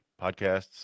podcasts